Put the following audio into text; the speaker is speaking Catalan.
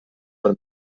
per